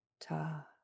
ta